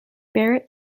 barrett